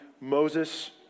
Moses